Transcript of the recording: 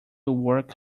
work